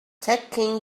taking